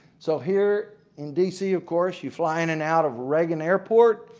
so here in dc of course you fly in and out of reagan airport.